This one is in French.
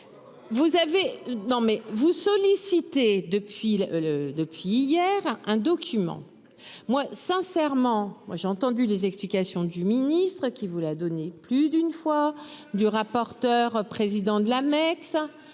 vous sollicitez depuis le depuis hier un document moi sincèrement moi j'ai entendu les explications du ministre qui vous la donner, plus d'une fois du rapporteur, président de l'Amex.